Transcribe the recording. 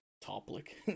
Topic